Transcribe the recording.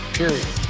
period